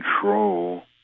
control